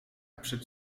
przed